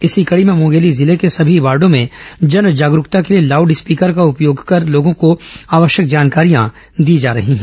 इसी कड़ी में मुंगेली जिले के सभी वार्डों में जन जागरूकता के लिए लाउड स्पीकर का उपयोग कर लोगों को आवश्यक जानकारियां दी जा रही हैं